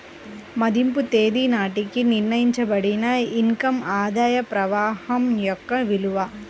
మదింపు తేదీ నాటికి నిర్ణయించబడిన ఇన్ కమ్ ఆదాయ ప్రవాహం యొక్క విలువ